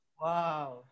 Wow